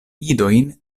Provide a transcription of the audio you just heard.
idojn